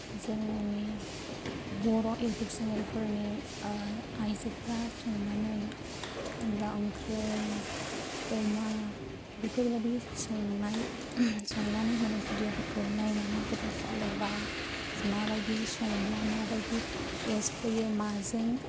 जोंनि बर' इउटुब चेनेलफोरनि आइजोफोरा संनानै अनद्ला ओंख्रि अमा बेफोरबादि संनाय संनानै होनाय भिडिअफोरखौ नायनानै गोबां सोलोंबाय माबायदि संब्ला माबायदि टेस्ट फैयो माजों